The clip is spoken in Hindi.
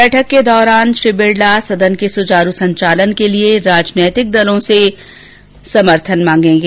बैठक के दौरान श्री बिरला सदन के सुचारू संचालन के लिए राजनीतिक दलों से समर्थन मांगेंगे